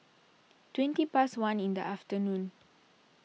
twenty past one in the afternoon